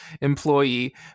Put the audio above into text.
employee